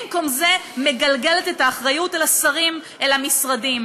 במקום זה מגלגלת את האחריות אל השרים, אל המשרדים.